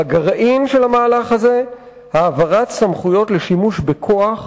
בגרעין של המהלך הזה העברת סמכויות לשימוש בכוח,